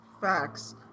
Facts